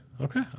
Okay